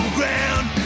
ground